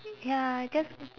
ya I just